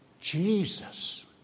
Jesus